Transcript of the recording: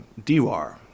Diwar